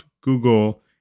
Google